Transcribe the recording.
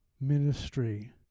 ministry